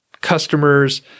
customers